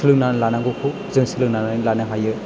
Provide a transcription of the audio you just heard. सोलोंनानै लानांगौखौ जों सोलोंनानै लानो हायो